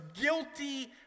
guilty